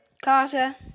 Carter